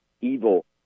evil